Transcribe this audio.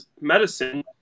medicine